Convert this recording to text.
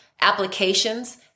applications